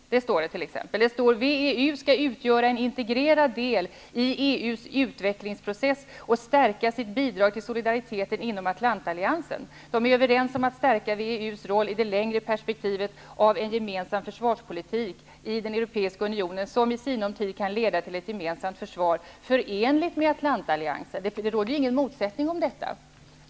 Det heter vidare: WEU skall utgöra en integrerad del i EU:s utvecklingsprocess och stärka sitt bidrag till solidariteten inom Atlantalliansen. Man är också överens om att stärka WEU:s roll i det längre perspektivet av en gemensam försvarspolitik i den europeiska unionen, som i sinom tid kan leda till ett gemensamt försvar, förenligt med Atlantalliansen. Det råder inga motsättningar om detta.